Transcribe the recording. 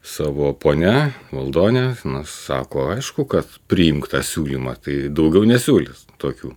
savo ponia valdone na sako aišku kad priimk tą siūlymą tai daugiau nesiūlys tokių